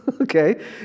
okay